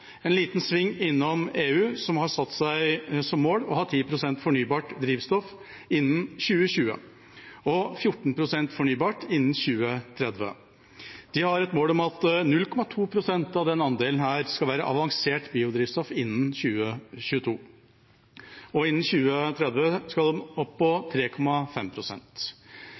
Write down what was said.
En liten sving innom EU, som har satt seg som mål å ha 10 pst. fornybart drivstoff innen 2020 og 14 pst. fornybart innen 2030: De har et mål om at 0,2 pst. av denne andelen skal være avansert biodrivstoff innen 2022, og innen 2030 skal den opp på